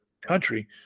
country